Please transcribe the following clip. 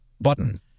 Button